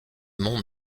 monts